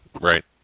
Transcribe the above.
right